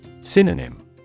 Synonym